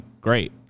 great